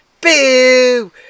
Boo